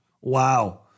Wow